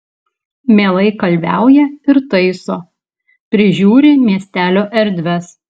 mielai kalviauja ir taiso prižiūri miestelio erdves